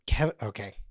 Okay